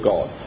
God